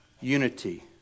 unity